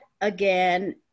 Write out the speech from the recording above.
again